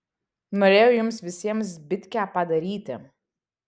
norėjau jums visiems zbitkę padaryti